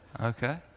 Okay